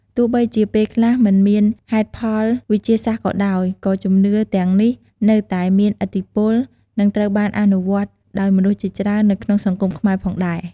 ទោះបីជាពេលខ្លះមិនមានហេតុផលវិទ្យាសាស្ត្រក៏ដោយ ក៏ជំនឿទាំងនេះនៅតែមានឥទ្ធិពល និងត្រូវបានអនុវត្តន៍ដោយមនុស្សជាច្រើននៅក្នុងសង្គមខ្មែរផងដែរ។